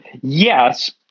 Yes